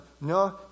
No